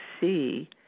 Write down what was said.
see